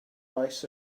faes